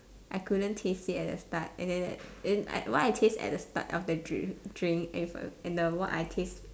I couldn't taste it at the start and then at eh what I taste at the start of the drink drink in front and the what I taste